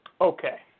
Okay